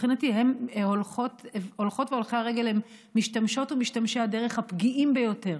הולכות והולכי רגל הם משתמשות ומשתמשי הדרך הפגיעים ביותר.